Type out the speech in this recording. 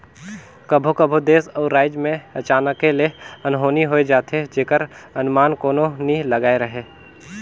कभों कभों देस अउ राएज में अचानके ले अनहोनी होए जाथे जेकर अनमान कोनो नी लगाए रहें